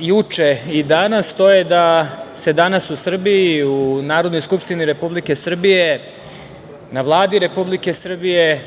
juče i danas da se danas u Srbiji, u Narodnoj skupštini Republike Srbije, na Vladi Republike Srbije